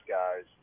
guys